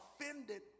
offended